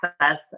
access